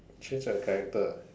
change a character ah